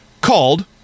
called